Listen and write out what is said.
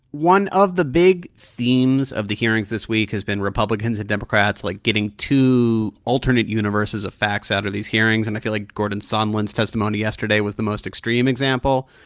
one of the big themes of the hearings this week has been republicans and democrats, like, getting two alternate universes of facts out of these hearings. and i feel like gordon sondland's testimony yesterday was the most extreme example.